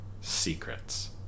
secrets